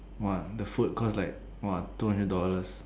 !wah! the food cost like !wah! two hundred dollars